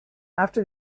after